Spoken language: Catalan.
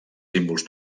símbols